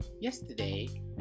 yesterday